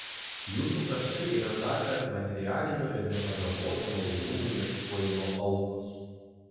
jūsų kraštai yra tapę materialinio ir nepažaboto malonumų ieškojimo aukos